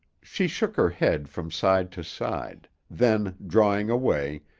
she shook her head from side to side, then, drawing away,